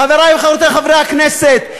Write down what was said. חברי וחברותי חברי הכנסת,